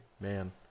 Man